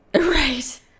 Right